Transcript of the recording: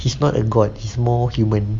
he is not a god he is more human